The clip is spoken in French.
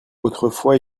autrefois